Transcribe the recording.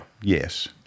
Yes